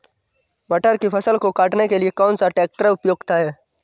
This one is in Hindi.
मटर की फसल को काटने के लिए कौन सा ट्रैक्टर उपयुक्त है?